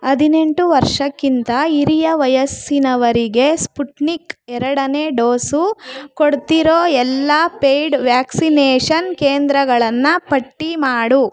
ಹದಿನೆಂಟು ವರ್ಷಕ್ಕಿಂತ ಹಿರಿಯ ವಯಸ್ಸಿನವರಿಗೆ ಸ್ಪುಟ್ನಿಕ್ ಎರಡನೆ ಡೋಸು ಕೊಡ್ತಿರೋ ಎಲ್ಲ ಪೇಯ್ಡ್ ವ್ಯಾಕ್ಸಿನೇಷನ್ ಕೇಂದ್ರಗಳನ್ನು ಪಟ್ಟಿ ಮಾಡು